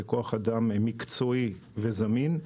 בכוח אדם מקצועי וזמין.